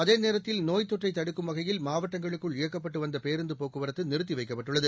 அதேநேரத்தில் நோய்த் தொற்றை தடுக்கும் வகையில் மாவட்டங்களுக்குள் இயக்கப்பட்டு வந்த பேருந்து போக்குவரத்து நிறுத்திவைக்கப்பட்டுள்ளது